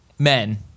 Men